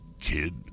kid